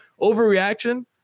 overreaction